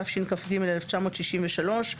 תשכ"ג-1963 ,